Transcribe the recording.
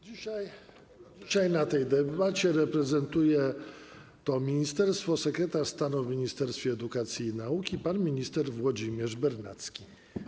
Dzisiaj w tej debacie reprezentuje to ministerstwo sekretarz stanu w Ministerstwie Edukacji i Nauki pan minister Włodzimierz Bernacki.